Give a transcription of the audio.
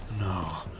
No